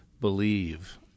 believe